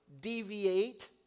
deviate